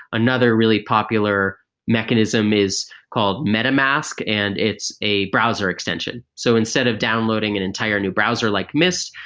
another really popular mechanism is called metamask, and it's a browser extension. so instead of downloading an entire new browser like mist,